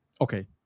okay